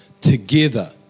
together